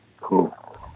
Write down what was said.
cool